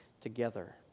together